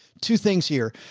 two things here.